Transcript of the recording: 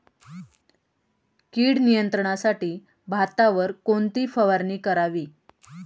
कीड नियंत्रणासाठी भातावर कोणती फवारणी करावी?